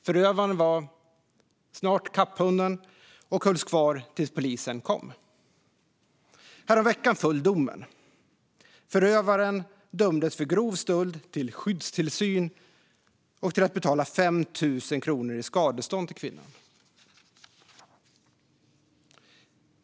Förövaren var snart upphunnen och hölls kvar tills polisen kom. Häromveckan föll domen. Förövaren dömdes för grov stöld till skyddstillsyn och till att betala 5 000 kronor i skadestånd till kvinnan.